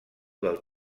del